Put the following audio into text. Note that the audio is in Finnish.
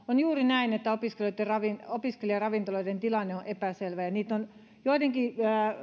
on juuri näin että opiskelijaravintoloiden tilanne on epäselvä ja niitä on joidenkin